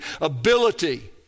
ability